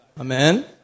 Amen